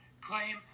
claim